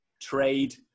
trade